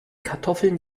kartoffeln